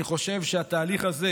אני חושב שהתהליך הזה